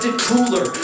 Cooler